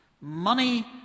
Money